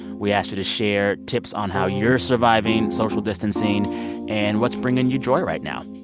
we asked you to share tips on how you're surviving social distancing and what's bringing you joy right now